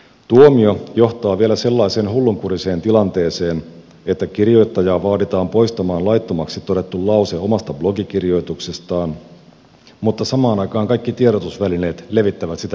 tuomio johtaa vielä sellaiseen hullunkuriseen tilanteeseen että kirjoittajaa vaaditaan poistamaan laittomaksi todettu lause omasta blogikirjoituksestaan mutta samaan aikaan kaikki tiedotusvälineet levittävät sitä julkisuuteen